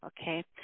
okay